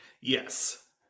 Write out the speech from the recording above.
Yes